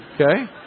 Okay